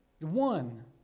one